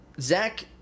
Zach